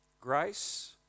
Grace